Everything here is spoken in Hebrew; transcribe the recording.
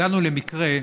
הגענו למקרה,